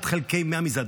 אחד חלקי מאה מזה,